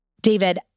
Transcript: David